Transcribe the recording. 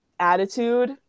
attitude